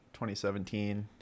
2017